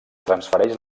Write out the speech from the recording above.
transfereix